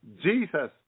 Jesus